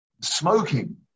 smoking